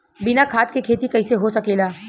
बिना खाद के खेती कइसे हो सकेला?